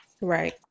right